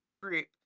group